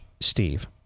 Steve